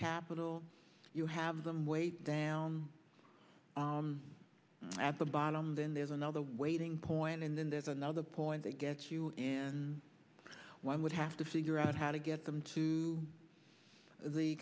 capital you have them wait down at the bottom and then there's another waiting point and then there's another point they get you and one would have to figure out how to get them to the